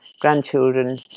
grandchildren